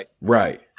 Right